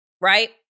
right